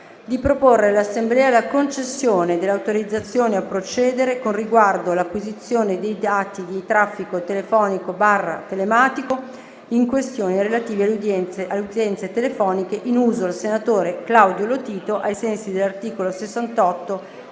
di proporre all'Assemblea la concessione dell'autorizzazione a procedere con riguardo all'acquisizione dei dati di traffico telefonico/telematico in questione relativi ad utenze telefoniche in uso al senatore Claudio Lotito, ai sensi dell'articolo 68,